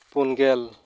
ᱯᱩᱱ ᱜᱮᱞ